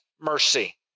mercy